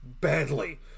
badly